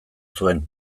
zuen